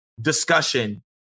discussion